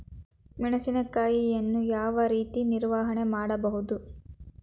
ಮೆಣಸಿನಕಾಯಿಯನ್ನು ಯಾವ ರೀತಿ ನಿರ್ವಹಣೆ ಮಾಡಬಹುದು?